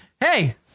hey